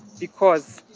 because.